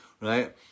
right